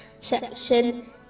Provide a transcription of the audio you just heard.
section